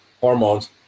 hormones